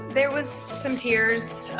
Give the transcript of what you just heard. there was some tears.